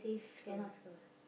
true true ah